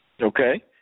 Okay